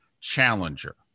challenger